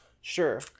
Sure